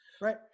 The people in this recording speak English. Right